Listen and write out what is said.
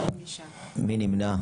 5. מי נמנע?